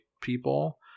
people